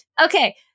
Okay